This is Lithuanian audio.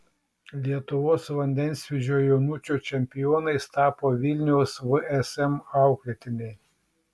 lietuvos vandensvydžio jaunučių čempionais tapo vilniaus vsm auklėtiniai